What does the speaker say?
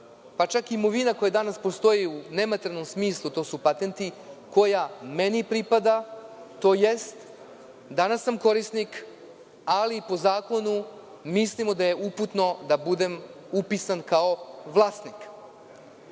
pa čak i imovina koja danas postoji u nematerijalnom smislu, to su patenti, koja meni pripada, tj. danas sam korisnik, ali po zakonu mislimo da je uputno da budem upisan kao vlasnik.